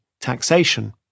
taxation